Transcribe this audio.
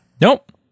Nope